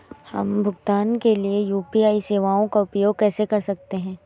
हम भुगतान के लिए यू.पी.आई सेवाओं का उपयोग कैसे कर सकते हैं?